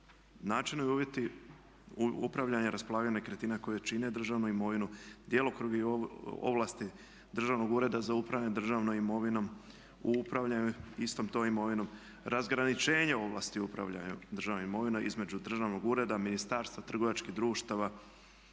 načini i uvjeti upravljanja i raspolaganja nekretnina koje čine državnu imovinu, djelokrug i ovlasti Državnog ureda za upravljanje državnom imovinom u upravljanju istom tom imovinom, razgraničenje u ovlasti upravljanju državnom imovinom između državnog ureda, ministarstva, trgovačkih društava